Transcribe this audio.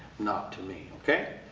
not to me. ok?